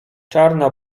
czarna